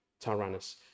Tyrannus